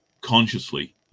consciously